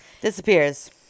Disappears